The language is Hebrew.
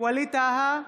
ווליד טאהא,